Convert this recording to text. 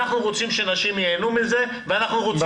אנחנו רוצים שנשים ייהנו מזה ואנחנו רוצים